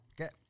Okay